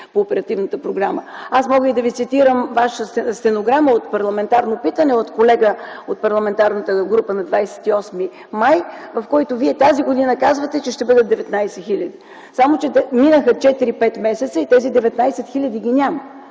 по оперативната програма. Аз мога да Ви цитирам и Ваша стенограма от парламентарно питане от колега от Парламентарната група на 28 май, в което Вие тази година казвате, че ще бъдат 19 хиляди. Само че минаха 4-5 месеца и тези 19 хил. ги няма,